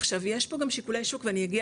עכשיו יש פה גם שיקולי שוק ואני אגיע